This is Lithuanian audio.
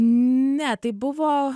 ne tai buvo